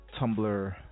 Tumblr